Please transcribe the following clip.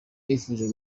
nifuje